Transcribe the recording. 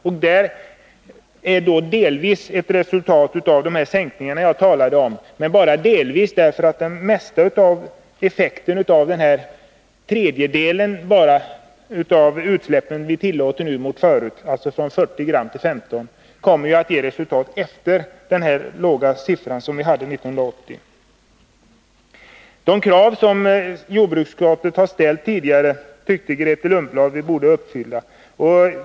Det är delvis ett resultat av de sänkningar av blyhalten som jag talade om, men bara delvis. Det mesta av effekten av att vi nu bara tillåter en tredjedel av de utsläpp vi tidigare tillät — jag tänker på sänkningarna av blyhalten i bensinen från 40 till 15 gram per liter — kommer att visa sig efter 1980, och redan då var siffran alltså låg. De krav som jordbruksutskottet tidigare har ställt tyckte Grethe Lundblad att vi borde uppfylla.